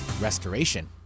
Restoration